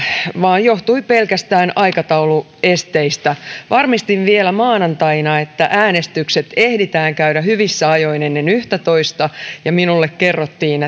vaan johtui pelkästään aikatauluesteistä varmistin vielä maanantaina että äänestykset ehditään käydä hyvissä ajoin ennen yhtätoista ja minulle kerrottiin